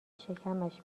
شکمش